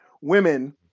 women